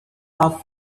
her